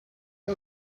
are